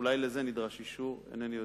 אולי לזה נדרש אישור, אינני יודע.